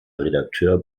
redakteur